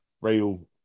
real